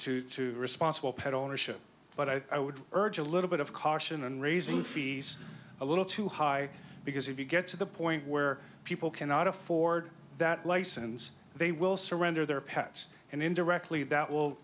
far to responsible pet ownership but i would urge a little bit of caution and raising fees a little too high because if you get to the point where people cannot afford that license they will surrender their pets and indirectly that will